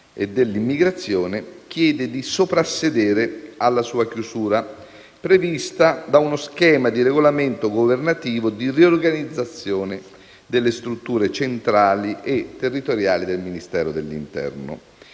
e dell'immigrazione, chiede di soprassedere alla sua chiusura, prevista da uno schema di regolamento governativo di riorganizzazione delle strutture centrali e territoriali del Ministero dell'interno.